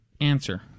answer